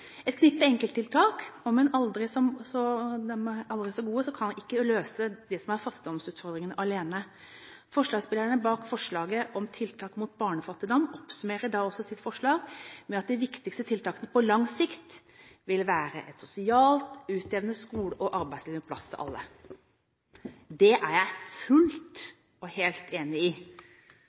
Et knippe enkelttiltak – om de er aldri så gode – kan ikke alene løse fattigdomsutfordringene. Forslagsstillerne bak forslagene om tiltak mot barnefattigdom oppsummerer med at de viktigste tiltakene på lang sikt vil være et sosialt utjevnende skole- og arbeidsliv med plass til alle. Det er jeg fullt og helt enig i.